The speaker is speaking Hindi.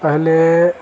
पहले